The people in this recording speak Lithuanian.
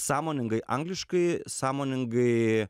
sąmoningai angliškai sąmoningai